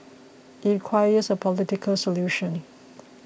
it requires a political solution